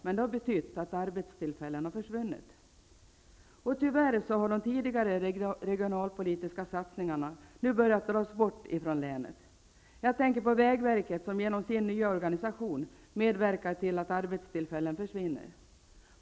Men de har betytt att arbetstillfällen har försvunnit. Tyvärr har tidigare regionalpolitiska satsningar nu börjat dras bort från länet. Jag tänker på vägverket, som på grund av sin nya organisation medverkar till att arbetstillfällen försvinner.